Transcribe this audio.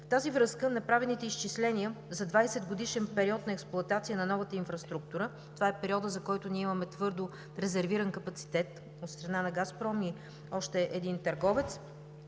В тази връзка направените изчисления за 20-годишен период на експлоатация на новата инфраструктура, това е периодът, за който ние имаме твърдо резервиран капацитет от страна на „Газпром“ и още един търговец,